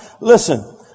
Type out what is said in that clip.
Listen